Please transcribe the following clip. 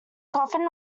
coffin